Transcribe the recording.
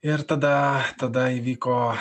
ir tada tada įvyko